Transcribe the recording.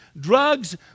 drugs